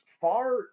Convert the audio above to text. far